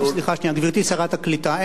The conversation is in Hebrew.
אין קליטה של סלולרי באולם.